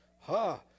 Ha